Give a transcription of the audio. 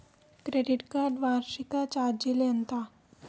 Credit card వార్షిక ఛార్జీలు ఎంత?